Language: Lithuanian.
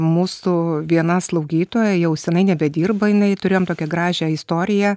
mūsų viena slaugytoja jau senai nebedirba jinai turėjom tokią gražią istoriją